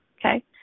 okay